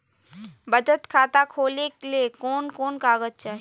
बचत खाता खोले ले कोन कोन कागज चाही?